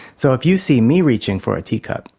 so if you see me reaching for a teacup,